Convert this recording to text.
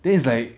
then it's like